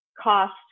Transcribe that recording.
cost